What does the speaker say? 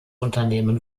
unternehmen